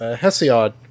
Hesiod